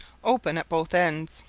open at both ends,